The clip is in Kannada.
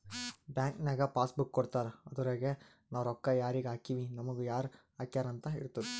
ಬ್ಯಾಂಕ್ ನಾಗ್ ಪಾಸ್ ಬುಕ್ ಕೊಡ್ತಾರ ಅದುರಗೆ ನಾವ್ ರೊಕ್ಕಾ ಯಾರಿಗ ಹಾಕಿವ್ ನಮುಗ ಯಾರ್ ಹಾಕ್ಯಾರ್ ಅಂತ್ ಇರ್ತುದ್